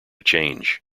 change